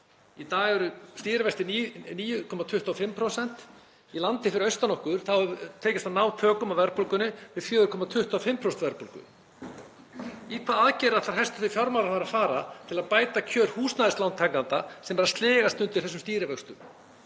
Í dag eru stýrivextir 9,25%. Í landi fyrir austan okkur hefur tekist að ná tökum á verðbólgunni með 4,25% stýrivöxtum. Í hvaða aðgerð ætlar hæstv. fjármálaráðherra að fara til að bæta kjör húsnæðislántakenda sem eru að sligast undan þessum stýrivöxtum,